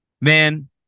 Man